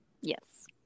Yes